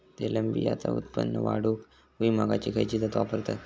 तेलबियांचा उत्पन्न वाढवूक भुईमूगाची खयची जात वापरतत?